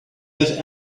have